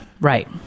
Right